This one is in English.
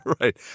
Right